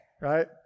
right